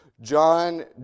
John